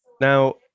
Now